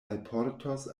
alportos